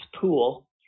Pool